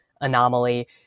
anomaly